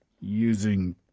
using